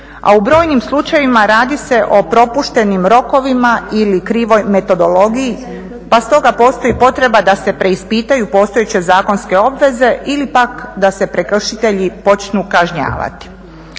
a u brojnim slučajevima radi se o propuštenim rokovima ili krivoj metodologiji. Pa s toga postoji potreba da se preispitaju postojeće zakonske obveze ili pak da se prekršitelji počnu kažnjavati.